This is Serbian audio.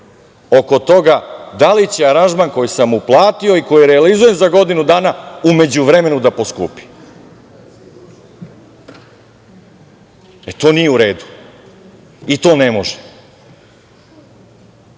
oko toga da li će aranžman koji sam uplatio i koji realizujem za godinu dana u međuvremenu da poskupi. E, to nije u redu i to ne može. Ja